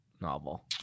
novel